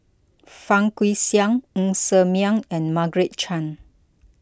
Fang Guixiang Ng Ser Miang and Margaret Chan